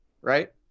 right